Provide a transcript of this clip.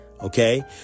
okay